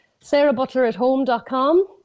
SarahButlerAtHome.com